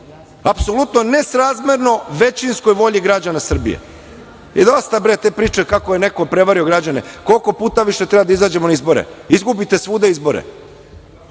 Apsolutno nesrazmerno većinskoj volji građana Srbije. Dosta te priče kako je neko prevario građane, koliko puta više treba da izađemo na izbore, izgubite svuda izbore